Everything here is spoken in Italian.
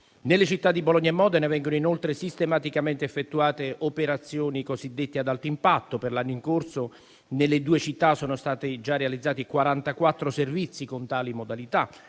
Nelle città di Bologna e Modena vengono inoltre sistematicamente effettuate operazioni cosiddette ad alto impatto: per l'anno in corso nelle due città sono stati già realizzati quarantaquattro servizi con tali modalità,